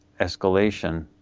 escalation